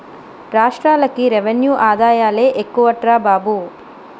రాష్ట్రాలకి రెవెన్యూ ఆదాయాలే ఎక్కువట్రా బాబు